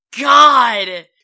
God